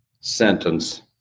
sentence